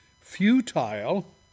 futile